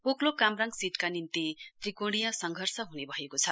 पोकलोक कामराङ सीटका निम्ति त्रिकोणीय संघर्ष ह्ने भएको छ